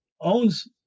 owns